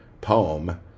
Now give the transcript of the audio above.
poem